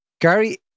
Gary